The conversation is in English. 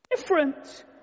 Different